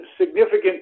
significant